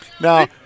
now